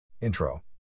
Intro